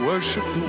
Worship